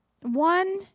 one